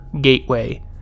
gateway